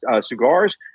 cigars